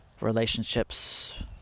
relationships